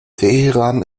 teheran